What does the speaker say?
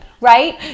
right